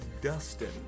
Dustin